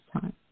time